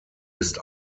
ist